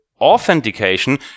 authentication